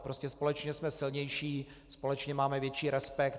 Prostě společně jsme silnější, společně máme větší respekt.